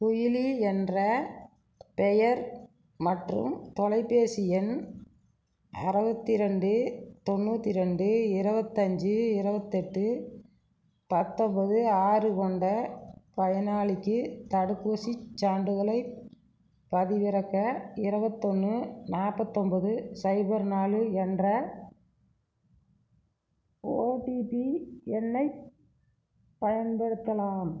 குயிலி என்ற பெயர் மற்றும் தொலைபேசி எண் அறுபத்தி ரெண்டு தொண்ணூற்றி ரெண்டு இருபத்தஞ்சி இருபத்தெட்டு பத்தொம்போது ஆறு கொண்ட பயனாளிக்கு தடுப்பூசிச் சான்றிதழைப் பதிவிறக்க இருபத்தொன்னு நாற்பத்தெம்போது சைபர் நாலு என்ற ஓடிபி எண்ணைப் பயன்படுத்தலாம்